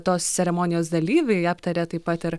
tos ceremonijos dalyviai aptarė taip pat ir